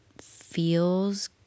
feels